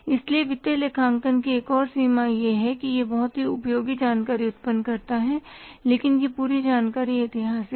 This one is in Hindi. इसलिए वित्तीय लेखांकन की एक और सीमा यह है कि यह बहुत उपयोगी जानकारी उत्पन्न करता है लेकिन यह पूरी जानकारी ऐतिहासिक है